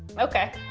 okay,